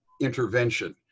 intervention